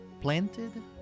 planted